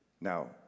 Now